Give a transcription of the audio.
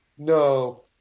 No